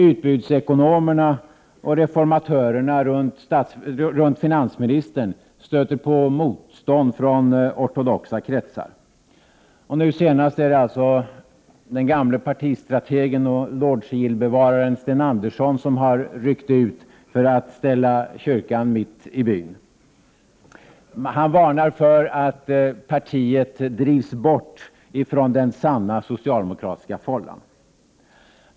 Utbudsekonomerna och reformatörerna runt finansminis tern stöter på motstånd från ortodoxa kretsar. Nu senast är det alltså den Prot. 1988/89:59 gamle partistrategen och lordsigillbevararen Sten Andersson som har ryckt 1 februari 1989 ut för att ställa kyrkan mitt i byn. Han varnar för att partiet drivs bort från den sanna socialdemokratiska fållan.